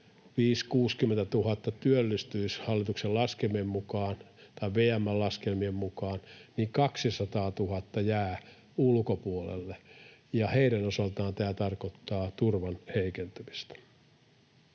000—60 000 työllistyisivät VM:n laskelmien mukaan, niin 200 000 jää ulkopuolelle, ja heidän osaltaan tämä tarkoittaa turvan heikentymistä.